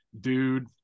dude